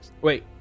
Wait